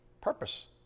purpose